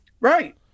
right